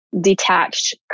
detached